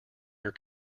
your